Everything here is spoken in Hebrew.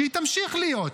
והיא תמשיך להיות,